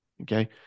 Okay